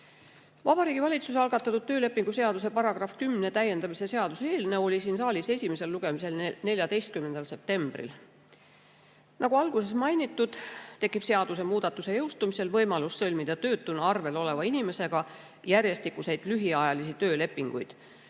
Vabariigi Valitsuse algatatud töölepingu seaduse § 10 täiendamise seaduse eelnõu oli siin saalis esimesel lugemisel 14. septembril. Nagu alguses mainitud, tekib seadusemuudatuse jõustumisel võimalus sõlmida töötuna arvel oleva inimesega järjestikuseid lühiajalisi